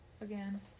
again